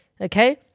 Okay